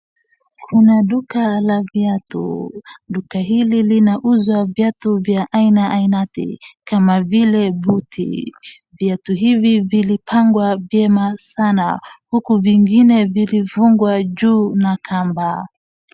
Kuna duka la viatu, duka hili linauza viatu vya ainati kama vile buti, viatu hivi vilipangwa vyema sana, huku vingine vilifungwa juu na kamba.